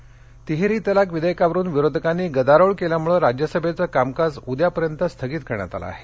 संसद तिहेरी तलाक विधेयकावरुन विरोधकांनी गदारोळ केल्यामुळं राज्यसभेचं कामकाज उद्यापर्यंत स्थगित करण्यात आलं आहे